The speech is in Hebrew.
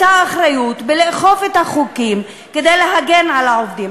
האחריות לאכוף את החוקים כדי להגן על העובדים.